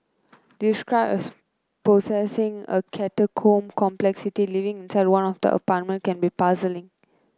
described as possessing a catacomb complexity living inside one of the apartment can be puzzling